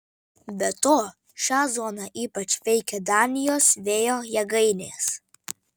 be to šią zoną ypač veikia danijos vėjo jėgainės